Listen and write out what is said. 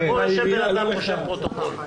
פה יושב בן אדם, רושם פרוטוקול.